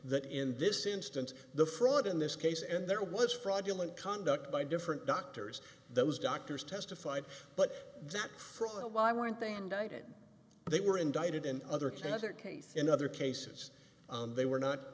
that in this instance the fraud in this case and there was fraudulent conduct by different doctors those doctors testified but that fraud why weren't they indicted they were indicted in other kind of their case in other cases they were not